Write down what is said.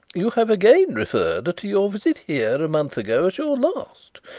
you have again referred to your visit here a month ago as your last.